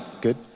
Good